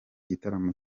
gitaramo